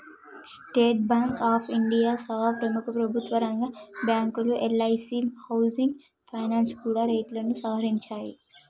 state bank of India సహా ప్రముఖ ప్రభుత్వరంగ బ్యాంకులు, ఎల్ఐసీ హౌసింగ్ ఫైనాన్స్ కూడా రేట్లను సవరించాయి